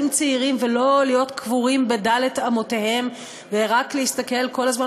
צעירים ולא להיות קבורים בד' אמותיהם ורק להסתכל כל הזמן